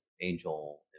angel